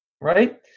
right